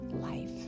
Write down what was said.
life